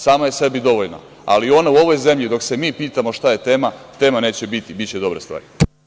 Sama je sebi dovoljna, ali ona u ovoj zemlji dok se mi pitamo šta je tema, tema neće biti, biće dobre stvari.